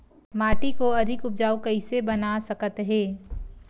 माटी को अधिक उपजाऊ कइसे बना सकत हे?